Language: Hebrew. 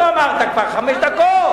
לישיבות לא אמרת כבר חמש דקות.